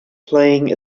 playing